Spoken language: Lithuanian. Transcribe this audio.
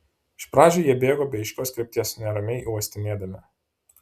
iš pradžių jie bėgo be aiškios krypties neramiai uostinėdami